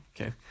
okay